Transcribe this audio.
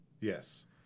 yes